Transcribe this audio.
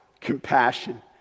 compassion